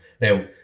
now